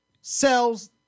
sells